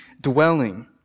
dwelling